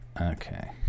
Okay